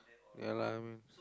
ya lah I mean